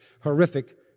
horrific